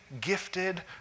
gifted